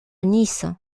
nice